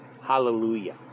Hallelujah